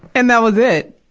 and that was it.